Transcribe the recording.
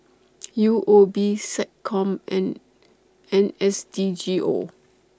U O B Seccom and N S D G O